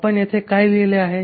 आपण इथे काय लिहिले आहे